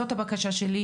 זאת הבקשה שלי,